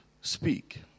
speak